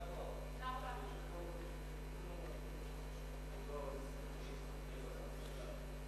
חוק ניירות ערך (תיקון מס' 42),